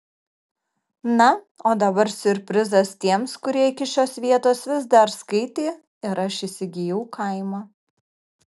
na o dabar siurprizas tiems kurie iki šios vietos vis dar skaitė ir aš įsigijau kaimą